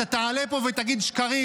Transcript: אתה תעלה פה ותגיד שקרים,